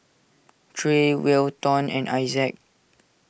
Trey Welton and Isaac